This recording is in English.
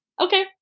Okay